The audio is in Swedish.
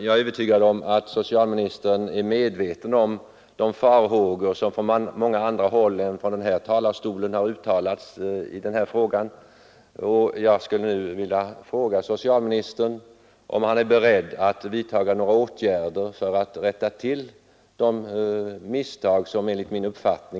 Jag är övertygad om att socialministern är medveten om de farhågor som från många andra håll än från denna talarstol har uttalats i den här frågan.